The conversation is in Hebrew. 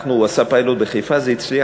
הוא עשה פיילוט בחיפה, זה הצליח.